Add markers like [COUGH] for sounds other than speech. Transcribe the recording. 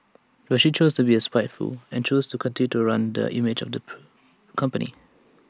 but she chose to be spiteful and chose to continue to ruin the image of the [NOISE] company